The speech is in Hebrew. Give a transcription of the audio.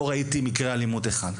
לא ראיתי מקרה אלימות אחת.